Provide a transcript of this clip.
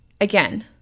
again